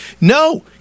no